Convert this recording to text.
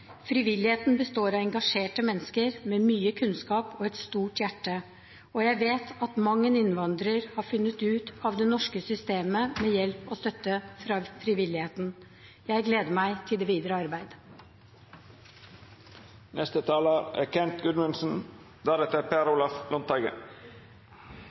frivilligheten for alt den er verd. Frivilligheten består av engasjerte mennesker med mye kunnskap og et stort hjerte, og jeg vet at mang en innvandrer har funnet ut av det norske systemet med hjelp og støtte fra frivilligheten. Jeg gleder meg til det videre arbeid.